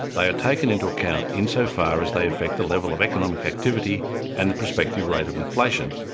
they are taken into account insofar as they affect the level of economic activity and the prospective rate of inflation.